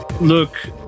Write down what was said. Look